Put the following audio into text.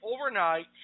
overnight